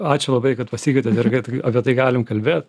ačiū labai kad pasikvietėt ir kad apie tai galim kalbėt